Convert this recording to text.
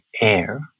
air